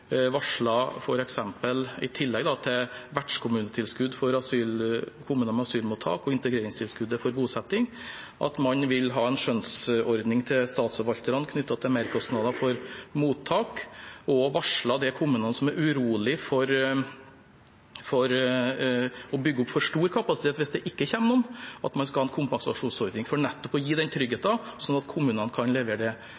i tillegg til vertskommunetilskudd til kommuner med asylmottak og integreringstilskuddet for bosetting – at man vil ha en skjønnsordning til statsforvalterne knyttet til merkostnader for mottak, og varslet de kommunene som er urolig for å bygge opp for stor kapasitet hvis det ikke kommer noen, at man skal ha en kompensasjonsordning for nettopp å gi den